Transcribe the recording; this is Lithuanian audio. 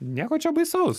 nieko čia baisaus